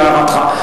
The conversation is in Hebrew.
על הערתך.